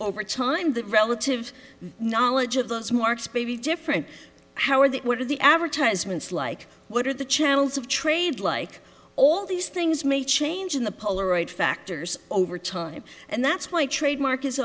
over time the relative knowledge of those marks baby different how are they what are the advertisements like what are the channels of trade like all these things may change in the polaroid factors over time and that's why trademark is